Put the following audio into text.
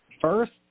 First